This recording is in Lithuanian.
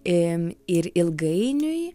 im ir ilgainiui